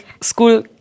school